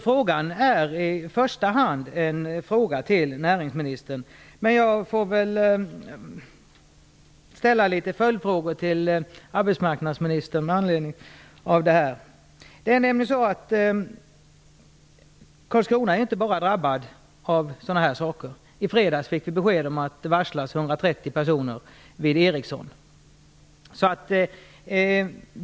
Frågan är alltså i första hand en fråga till näringsministern. Men jag får väl ställa några följdfrågor till arbetsmarknadsministern med anledning av svaret. Det är nämligen så att Karlskrona inte bara är drabbat av sådana här saker. I fredags fick vi besked om att 130 personer varslats vid Ericsson.